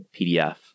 PDF